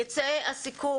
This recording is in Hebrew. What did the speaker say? ייצא הסיכום,